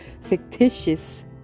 fictitious